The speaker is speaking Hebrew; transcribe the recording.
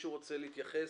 מישהו רוצה להתייחס?